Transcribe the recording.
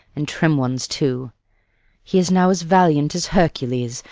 and trim ones too he is now as valiant as hercules,